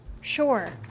Sure